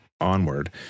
onward